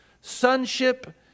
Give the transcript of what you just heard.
Sonship